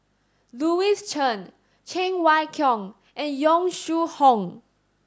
Louis Chen Cheng Wai Keung and Yong Shu Hoong